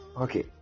okay